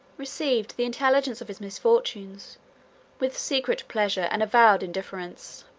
received the intelligence of his misfortunes with secret pleasure and avowed indifference.